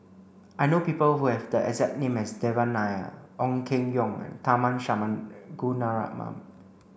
I know people who have the exact name as Devan Nair Ong Keng Yong and Tharman Shanmugaratnam